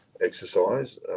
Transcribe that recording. exercise